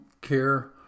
care